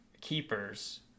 keepers